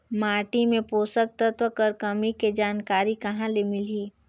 माटी मे पोषक तत्व कर कमी के जानकारी कहां ले मिलही?